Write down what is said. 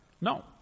no